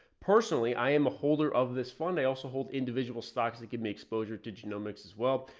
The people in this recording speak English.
personally, i am a holder of this fund. i also hold individual stocks that could make exposure to genomics as well.